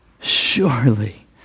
surely